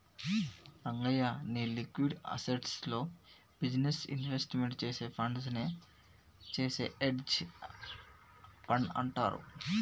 రంగయ్య, నీ liquid assets లో business investment చేసే ఫండ్స్ నే చేసే హెడ్జె ఫండ్ అంటారు